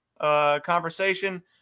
conversation